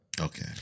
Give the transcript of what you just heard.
Okay